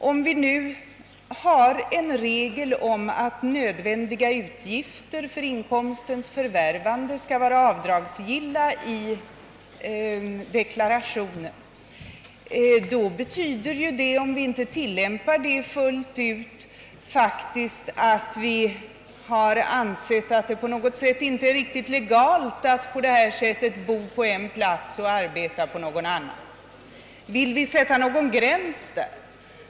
Om vi i detta fall inte fullt ut tilllämpar regeln att nödvändiga utgifter för inkomstens förvärvande skall vara avdragsgilla i deklaration, innebär det att vi faktiskt inte anser det riktigt 1egalt att bo på en plats och arbeta på en annan.